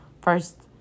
first